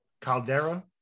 Caldera